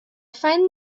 find